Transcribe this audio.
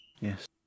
Yes